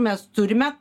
mes turime